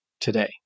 today